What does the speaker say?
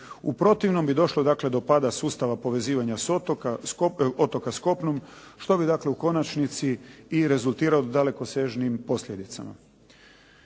U protivnom bi došlo do pada sustava povezivanja otoka s kopnom što bi dakle u konačnici i rezultiralo dalekosežnim posljedicama.